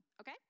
Okay